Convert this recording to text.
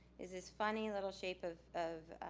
is this funny little shape of of